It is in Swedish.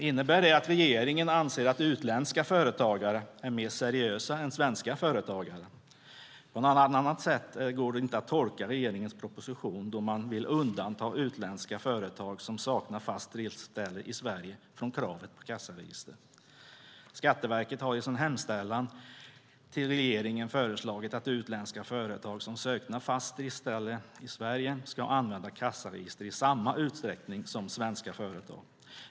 Innebär det att regeringen anser att utländska företagare är mer seriösa än svenska företagare? På något annat sätt går det inte att tolka regeringens proposition, där det framgår att man vill undanta utländska företag som saknar fast driftsställe i Sverige från kravet på kassaregister. Skatteverket har i sin hemställan till regeringen föreslagit att utländska företag som saknar fast driftsställe i Sverige ska använda kassaregister i samma utsträckning som svenska företag.